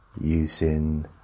Using